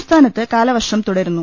സംസ്ഥാനത്ത് കാലവർഷം തുടരുന്നു